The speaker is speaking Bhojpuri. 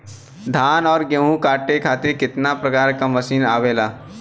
धान और गेहूँ कांटे खातीर कितना प्रकार के मशीन आवेला?